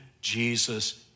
Jesus